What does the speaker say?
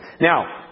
Now